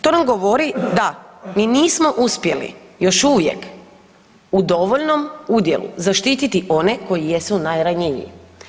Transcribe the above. To nam govori da mi nismo uspjeli još uvijek u dovoljnom udjelu zaštiti ti one koji jesu najranjiviji.